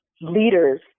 leaders